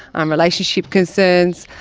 um relationship concerns.